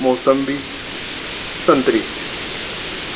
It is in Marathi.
मोसंबी संत्री